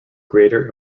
greater